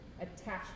Attachment